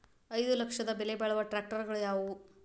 ಐದು ಲಕ್ಷದ ಬೆಲೆ ಬಾಳುವ ಟ್ರ್ಯಾಕ್ಟರಗಳು ಯಾವವು?